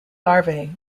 larvae